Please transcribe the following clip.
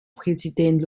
präsident